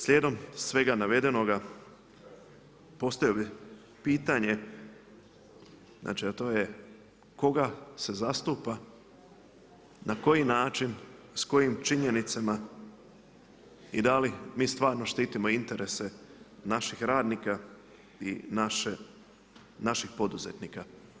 Slijedom svega navedenoga, postavio bi pitanje a to je koga se zastupa, na koji način, s kojim činjenicama i da li mi stvarno štitimo interese naših radnika i naših poduzetnika.